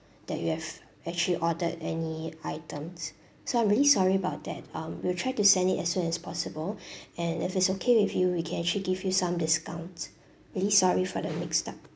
that you have actually ordered any items so I'm really sorry about that um we'll try to send it as soon as possible and if it's okay with you we can actually give you some discount really sorry for the messed up